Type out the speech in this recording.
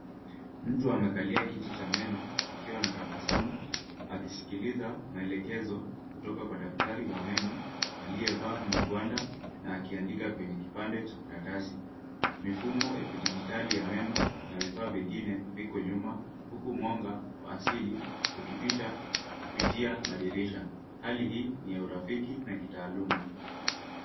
Mtu amekalia kiti cha meno akiwa na tabasamu akisikiliza maelekezo kutoka kwa daktari wa meno aliyevaa magwanda na akiandika kwenye kipande cha karatasi. Mifumo ya kidijitali ya meno na vifaa vingine viko nyuma huku mwanga wa asili ukipita kupitia madirisha. Hali hii ni ya urafiki na kitaaluma.